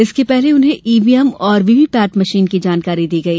इसके पहले उन्हें ईवीएम और वीवीपेट मशीन की जानकारी दी गई